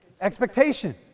Expectation